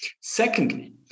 Secondly